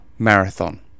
Marathon